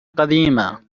قديمة